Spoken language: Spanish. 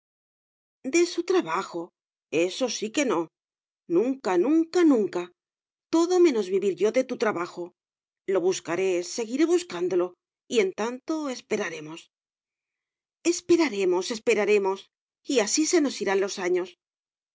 de su trabajo eso sí que no nunca nunca nunca todo menos vivir yo de tu trabajo lo buscaré seguiré buscándolo y en tanto esperaremos esperaremos esperaremos y así se nos irán los años